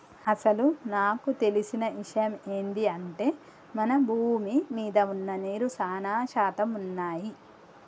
అసలు నాకు తెలిసిన ఇషయమ్ ఏంది అంటే మన భూమి మీద వున్న నీరు సానా శాతం వున్నయ్యి